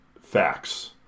facts